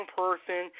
person